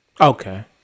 Okay